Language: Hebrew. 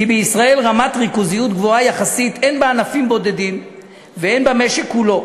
בישראל רמת ריכוזיות גבוהה יחסית הן בענפים בודדים והן במשק כולו.